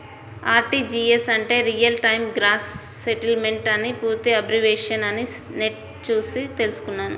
RTGS అంటే real time gross settlement అని పూర్తి అబ్రివేషన్ అని నెట్ చూసి తెల్సుకున్నాను